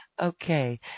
Okay